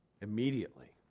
Immediately